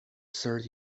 third